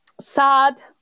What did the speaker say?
sad